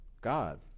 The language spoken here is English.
God